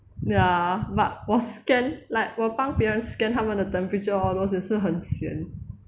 ya but 我 scan like 我帮别人 scan 他们的 temperature all those 是很 sian